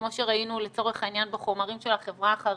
כמו שראינו לצורך העניין בחומרים של החברה החרדית,